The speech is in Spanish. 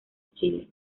chile